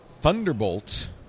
Thunderbolt